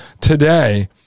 today